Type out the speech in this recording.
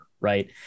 Right